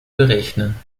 berechnen